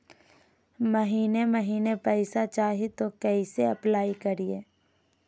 महीने महीने पैसा चाही, तो कैसे अप्लाई करिए?